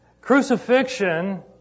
Crucifixion